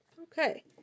Okay